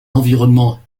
environnement